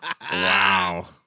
Wow